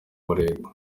umurego